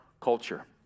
culture